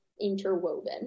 interwoven